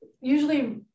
usually